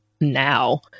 now